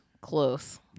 Close